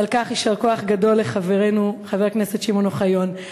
ועל כך יישר כוח גדול לחברנו חבר הכנסת שמעון אוחיון.